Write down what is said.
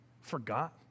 forgot